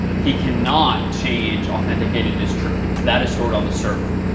he cannot change authenticated is true because that is stored on the server.